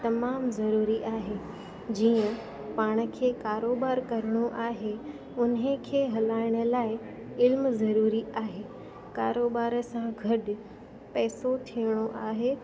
तमामु ज़रूरी आहे जीअं पाण खे कारोबार करिणो आहे हुनखे हलाइण लाइ इल्मु ज़रूरी आहे कारोबार सां गॾु पैसो थियणो आहे